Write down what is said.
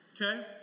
okay